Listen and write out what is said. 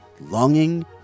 longing